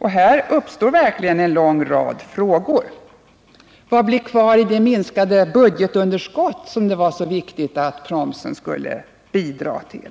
Här uppstår verkligen en lång rad frågor. Vad blir kvar i minskat budgetunderskott, som det var så viktigt att promsen skulle bidra till?